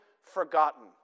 Forgotten